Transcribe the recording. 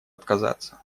отказаться